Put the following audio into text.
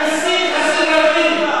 המסית הסדרתי,